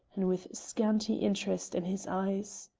and with scanty interest in his eyes.